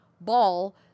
ball